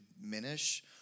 diminish